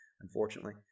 unfortunately